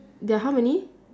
there are how many